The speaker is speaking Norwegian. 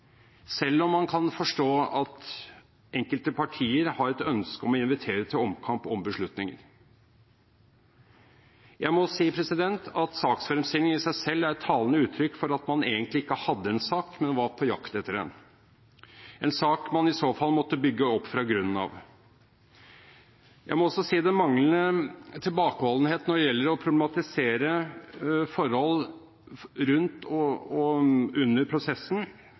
selv om man kan forstå at enkelte partier har et ønske om å invitere til omkamp om beslutninger. Saksfremstillingen i seg selv er et talende uttrykk for at man egentlig ikke hadde en sak, men var på jakt etter en, en sak man i så fall måtte bygge opp fra grunnen av. Jeg må også si at den manglende tilbakeholdenhet når det gjelder å problematisere forhold rundt og under prosessen,